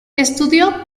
estudió